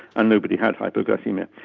and nobody had hypoglycaemia.